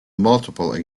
multiple